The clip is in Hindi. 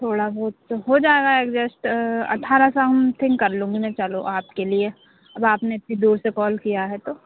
थोड़ा बहुत तो हो जायेगा एडजस्ट अठारह समथिंग कर लूँगी मैं चलो आपके लिये अब आपने इतनी दूर से कॉल किया है तो